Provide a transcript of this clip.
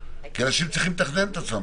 כי אנשים צריכים לתכנן את עצמם.